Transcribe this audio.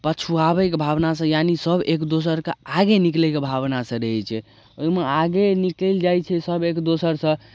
पछुआबैके भावनासँ यानि सभ एक दोसरके आगे निकलैके भावनासँ रहै छै ओहिमे आगे निकलि जाइ छै सभ एक दोसरसँ